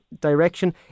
direction